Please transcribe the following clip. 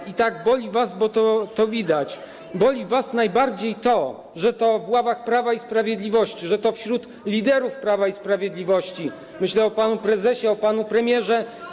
I tak, boli was - bo to widać - najbardziej to, że to w ławach Prawa i Sprawiedliwości, że to wśród liderów Prawa i Sprawiedliwości, myślę o panu prezesie, o panu premierze.